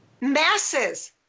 masses